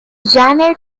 janet